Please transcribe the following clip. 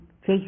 face